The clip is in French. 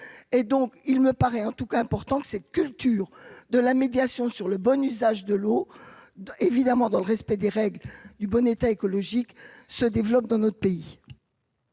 et donc, il me paraît en tout cas important que ces cultures de la médiation sur le bon usage de l'eau évidemment dans le respect des règles du bon état écologique se développe dans notre pays.